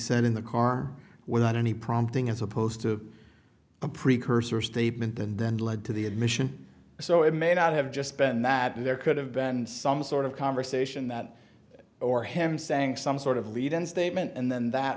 said in the car without any prompting as opposed to a precursor statement than then led to the admission so it may not have just been that there could have been some sort of conversation that or him saying some sort of lead and statement and then that